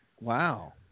Wow